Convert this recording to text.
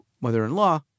mother-in-law